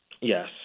yes